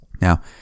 Now